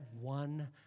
one